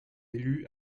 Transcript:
élus